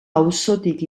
auzotik